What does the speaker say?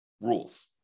rules